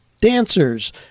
dancers